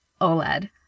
OLED